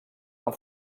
amb